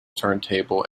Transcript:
turntable